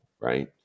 Right